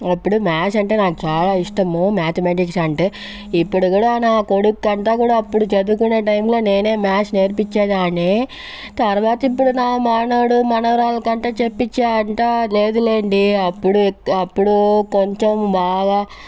అప్పుడు మ్యాథ్స్ అంటే నాకు చాలా ఇష్టము మ్యాథమెటిక్స్ అంటే ఇప్పుడు కూడా నా కొడుకుకి అంతా కూడా అప్పుడు చదువుకునే టైంలో నేనే మ్యాథ్స్ నేర్పించేదాన్ని తర్వాత ఇప్పుడు నా మనవడు మనవరాలికి అంటే చెప్పించే అంతా లేదు లేండి అప్పుడు అప్పుడు కొంచెం బాగా